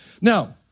Now